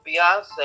Beyonce